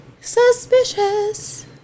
Suspicious